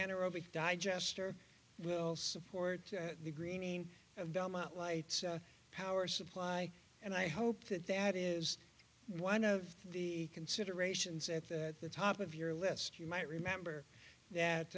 anaerobic digester will support the greening of belmont lights power supply and i hope that that is one of the considerations at that the top of your list you might remember that